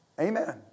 Amen